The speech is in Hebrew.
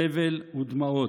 סבל ודמעות.